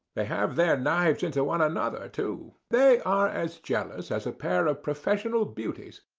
they have their knives into one another, too. they are as jealous as a pair of professional beauties.